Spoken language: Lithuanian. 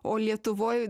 o lietuvoj